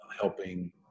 helping